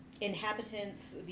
Inhabitants